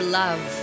love